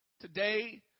today